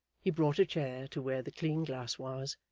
he brought a chair to where the clean glass was,